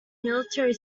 military